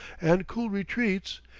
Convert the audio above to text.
and cool retreats,